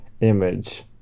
image